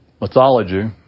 mythology